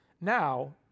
Now